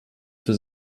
für